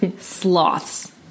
sloths